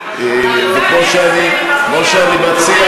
שיש להן השלכה